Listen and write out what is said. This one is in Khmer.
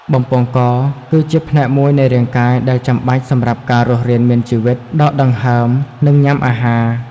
បំពង់ក គឺជាផ្នែកមួយនៃរាងកាយដែលចាំបាច់សម្រាប់ការរស់រានមានជីវិត ដកដង្ហើម និងញ៉ាំអាហារ។